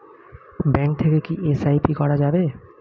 Bank থেকে কী SIP করা যাবে?